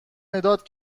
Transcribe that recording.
مداد